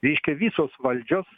reiškia visos valdžios